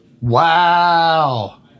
Wow